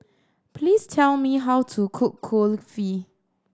please tell me how to cook Kulfi